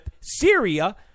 Syria